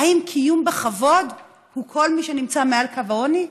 האם קיום בכבוד הוא כל מי שנמצא מעל קו העוני?